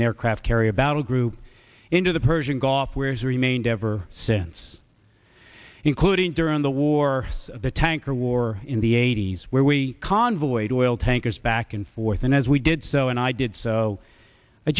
an aircraft carrier battle group into the persian gulf where he's remained ever since including during the war the tanker war in the eighty's where we convoyed oil tankers back and forth and as we did so and i did so i